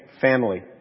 family